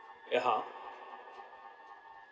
(uh huh)